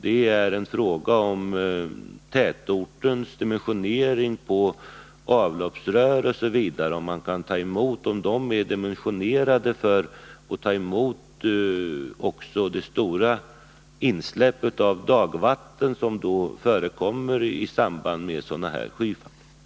Det är fråga om tätortens dimensionering av avloppsrör, om de är dimensionerade för att ta emot också de stora intag av dagvatten som förekommer i samband med sådana här skyfall.